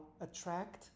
attract